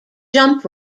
jump